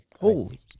Holy